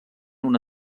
una